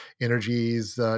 energies